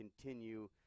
continue